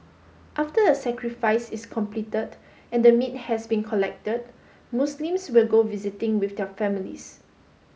after the sacrifice is completed and the meat has been collected Muslims will go visiting with their families